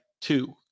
two